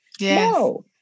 No